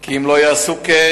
כי אם לא יעשו כן,